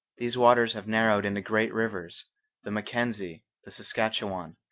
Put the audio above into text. these waters have narrowed into great rivers the mackenzie, the saskatchewan,